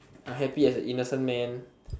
happy as a innocent man